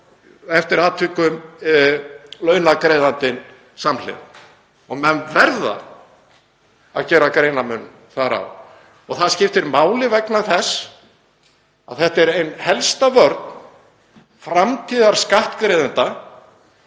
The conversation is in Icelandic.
eftir atvikum launagreiðandinn samhliða. Menn verða að gera greinarmun þar á. Það skiptir máli vegna þess að það er ein helsta vörn framtíðarskattgreiðenda